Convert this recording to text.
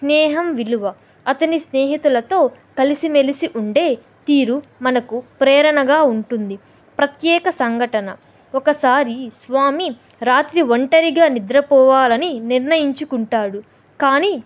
స్నేహం విలువ అతని స్నేహితులతో కలిసిమెలిసి ఉండే తీరు మనకు ప్రేరణగా ఉంటుంది ప్రత్యేక సంఘటన ఒకసారి స్వామి రాత్రి ఒంటరిగా నిద్రపోవాలని నిర్ణయించుకుంటాడు కానీ